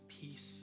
peace